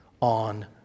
on